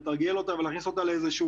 לתרגל אותה ולהכניס אותה,